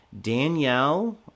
Danielle